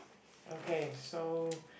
okay so